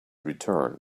return